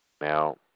Now